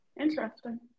Interesting